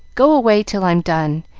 go away till i'm done.